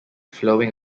flowing